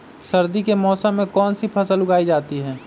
सर्दी के मौसम में कौन सी फसल उगाई जाती है?